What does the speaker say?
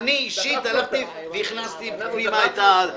אני אישית הלכתי והכנסתי פנימה --- דחפנו אותה.